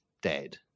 dead